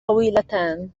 طويلتان